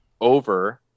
over –